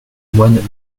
moines